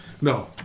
No